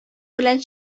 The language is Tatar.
белән